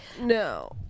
No